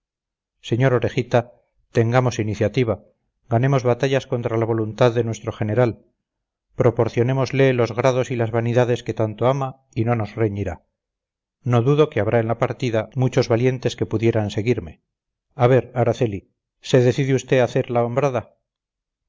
sr orejitas tengamos iniciativa ganemos batallas contra la voluntad de nuestro general proporcionémosle los grados y las vanidades que tanto ama y no nos reñirá no dudo que habrá en la partida muchos valientes que pudieran seguirme a ver araceli se decide usted a hacer la hombrada